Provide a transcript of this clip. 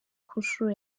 kunshuro